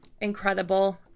incredible